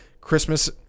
Christmas